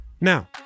Now